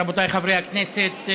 רבותיי חברי הכנסת,